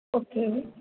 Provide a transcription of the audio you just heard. okay